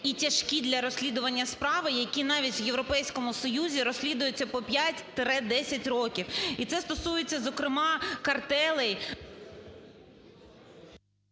і тяжкі для розслідування справи, які навіть в Європейському Союзі розслідуються по 5-10 років. І це стосується, зокрема, картелей…